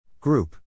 Group